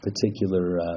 particular